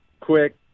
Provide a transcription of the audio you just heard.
quick